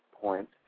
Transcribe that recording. point